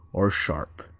or sharp.